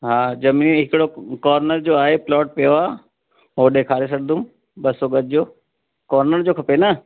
हा ज़मीन हिकिड़ो कोर्नर जो आहे प्लोट पियो आहे उहो ॾेखारे छॾिंदुमि ॿ सौ गज़ जो कोर्नर जो खपे न